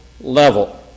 level